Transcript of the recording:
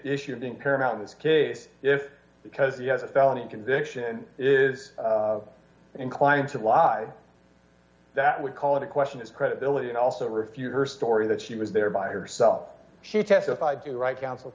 issue of being paramount in this case if because he has a felony conviction and is inclined to live that would call into question his credibility and also refute her story that she was there by herself she testified to right counsel